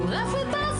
זה בא על